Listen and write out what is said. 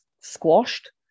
squashed